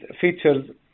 features